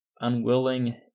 unwilling